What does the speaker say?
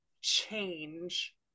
change